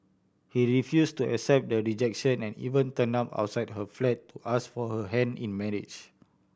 he refused to accept the rejection and even turned up outside her flat to ask for her hand in marriage